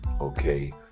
okay